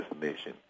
destination